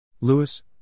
Lewis